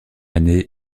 année